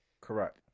Correct